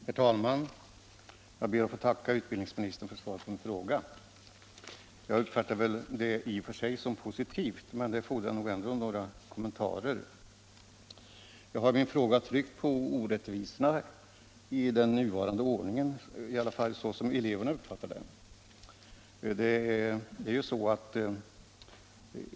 Herr talman! Jag ber att få tacka utbildningsministern för svaret på min fråga. Jag uppfattar det i och för sig som positivt, men det fordrar nog ändå några kommentarer. I min fråga har jag tryckt på vad eleverna och även jag uppfattar som orättvisor i den nuvarande ordningen.